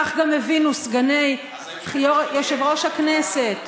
כך גם הבינו סגני יושב-ראש הכנסת.